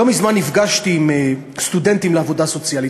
לא מזמן נפגשתי עם סטודנטים לעבודה סוציאלית,